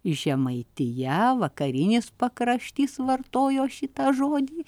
žemaitija vakarinis pakraštys vartojo šitą žodį